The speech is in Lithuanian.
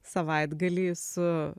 savaitgalį su